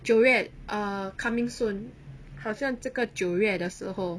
九月 ah coming soon 好像这个九月的时候